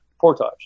portage